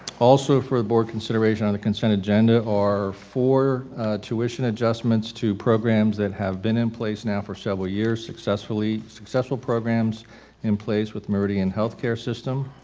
also for a board consideration on the consent agenda are four tuition adjustments to programs that have been in place now for several years. successful successful programs in place with meridian health care system